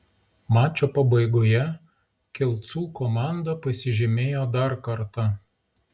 mačo pabaigoje kelcų komanda pasižymėjo dar kartą